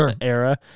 era